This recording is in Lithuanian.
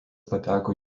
pateko